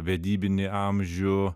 vedybinį amžių